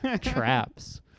traps